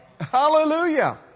Hallelujah